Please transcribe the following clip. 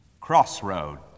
crossroads